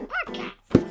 Podcast